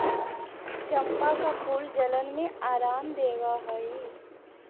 चंपा का फूल जलन में आराम देवअ हई